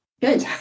Good